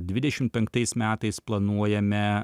dvidešim penktais metais planuojame